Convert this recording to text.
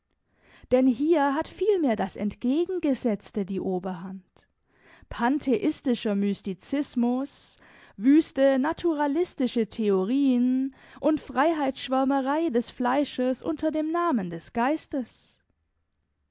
denn hier hat vielmehr das entgegengesetzte die oberhand pantheistischer mystizismus wüste naturalistische theorien und freiheitsschwärmerei des fleisches unter dem namen des geistes